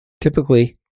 Typically